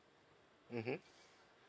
mmhmm